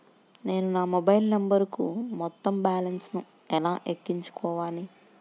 నేను నా మొబైల్ నంబరుకు మొత్తం బాలన్స్ ను ఎలా ఎక్కించుకోవాలి?